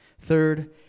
Third